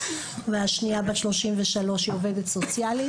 והשנייה בת 33 היא עובדת סוציאלית,